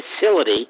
facility